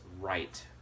right